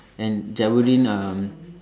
and Jabudeen uh